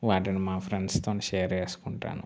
వాటిని మా ఫ్రెండ్స్తో షేర్ చేసుకుంటాను